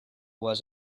was